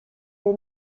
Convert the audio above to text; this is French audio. est